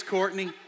Courtney